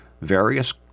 various